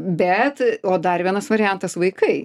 bet o dar vienas variantas vaikai